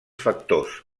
factors